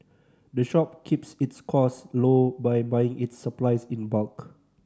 the shop keeps its costs low by buying its supplies in bulk